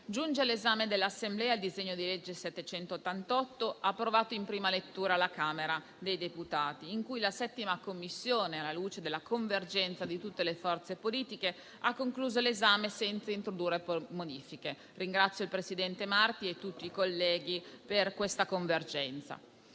giunge all'esame dell'Assemblea il disegno di legge n. 788, approvato in prima lettura alla Camera dei deputati, di cui la 7a Commissione, alla luce della convergenza di tutte le forze politiche, ha concluso l'esame senza introdurre modifiche. Ringrazio il presidente Marti e tutti i colleghi per tale convergenza.